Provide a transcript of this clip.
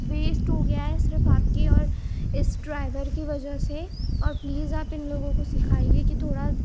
waste ہو گیا ہے صرف آپ کی اور اس ڈرائیور کی وجہ سے اور پلیز آپ ان لوگوں کو سکھائیے کہ تھوڑا